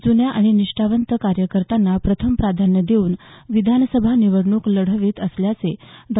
जुन्या आणि निष्ठावंत कार्यकर्त्यांना प्रथम प्राधान्य देऊन विधानसभा निवडणूक लढवीत असल्याचे डॉ